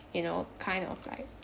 you know kind of like